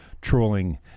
Trolling